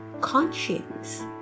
conscience